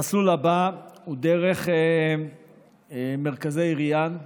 המסלול הבא הוא דרך מרכזי ריאן,